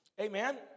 Amen